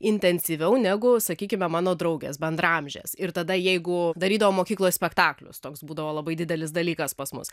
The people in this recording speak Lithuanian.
intensyviau negu sakykime mano draugės bendraamžės ir tada jeigu darydavom mokyklos spektaklius toks būdavo labai didelis dalykas pas mus